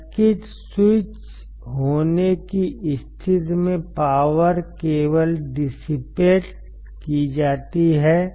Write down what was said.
circuit switch होने की स्थिति में पावर केवल डिसिपेट की जाती है